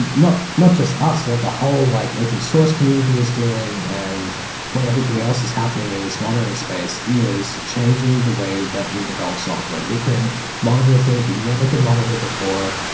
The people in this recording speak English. not not just us, with the whole like open source community is doing and what everything else is happening in this monitoring space is changing the way that we develop software. we can monitor things we never could monitor before.